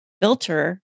filter